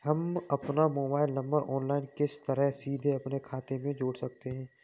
हम अपना mobile number online किस तरह सीधे अपने खाते में जोड़ सकते हैं?